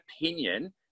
opinion